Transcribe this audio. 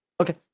okay